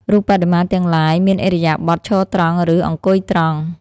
រូបបដិមាទាំងឡាយមានឥរិយាបថ ឈរត្រង់ ឬ អង្គុយត្រង់។